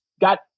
got